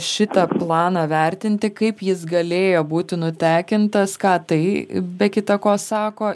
šitą planą vertinti kaip jis galėjo būti nutekintas ką tai be kita ko sako